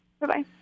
Bye-bye